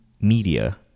media